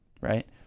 right